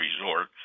resort